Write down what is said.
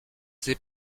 sait